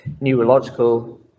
neurological